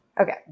Okay